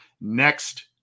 next